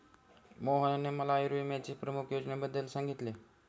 मोहनने मला आयुर्विम्याच्या प्रमुख योजनेबद्दल सांगितले